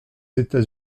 états